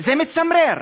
זה מצמרר.